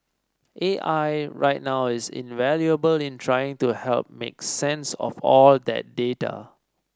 A I right now is invaluable in trying to help make sense of all that data